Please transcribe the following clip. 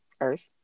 earth